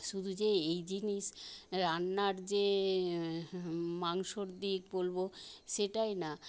শুধু যে এই জিনিস রান্নার যে মাংসর দিক বলব সেটাই না